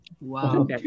Wow